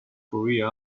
korea